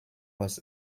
was